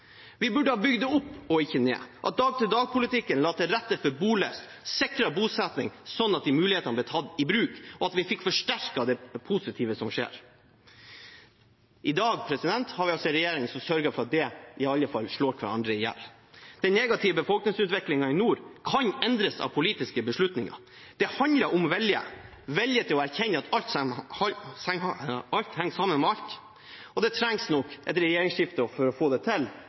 Vi burde ha bygd det opp, ikke ned. Dag-til-dag-politikken burde lagt til rette for bolyst, sikret bosetting, sånn at mulighetene ble tatt i bruk og vi fikk forsterket det positive som skjer. I dag har vi en regjering som sørger for at det slår hverandre i hjel. Den negative befolkningsutviklingen i nord kan endres av politiske beslutninger. Det handler om vilje, vilje til å erkjenne at alt henger sammen med alt, og det trengs nok et regjeringsskifte for å få det til.